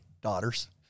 daughters